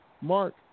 Mark